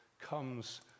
comes